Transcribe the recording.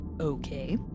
Okay